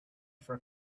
for